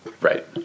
right